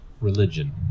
religion